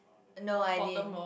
no I didn't